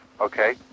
Okay